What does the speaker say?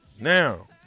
Now